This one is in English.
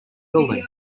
building